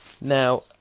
now